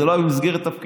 זה לא היה במסגרת תפקידי,